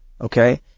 Okay